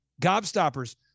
Gobstoppers